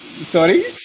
Sorry